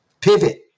pivot